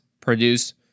produce